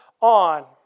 on